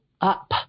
up